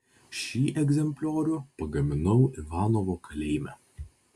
šį egzempliorių pagaminau ivanovo kalėjime